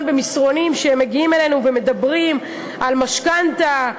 במסרונים שמגיעים אלינו ומדברים על משכנתה,